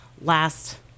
last